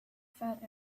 fat